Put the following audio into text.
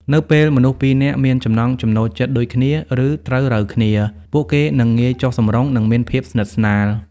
នៅពេលមនុស្សពីរនាក់មានចំណង់ចំណូលចិត្តដូចគ្នា ឬត្រូវរ៉ូវគ្នា ពួកគេនឹងងាយចុះសម្រុង និងមានភាពស្និទ្ធស្នាល។